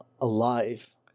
alive